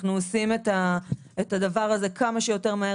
אנחנו עושים את הדבר הזה כמה שיותר מהר